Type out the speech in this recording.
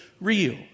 real